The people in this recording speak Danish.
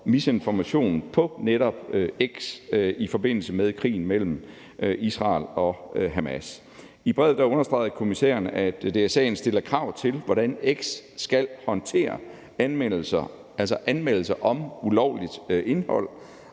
misinformation på netop X i forbindelse med krigen mellem Israel og Hamas. I brevet understregede kommissæren, at DSA'en stiller krav til, hvordan X skal håndtere anmeldelser om ulovligt indhold,